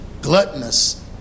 gluttonous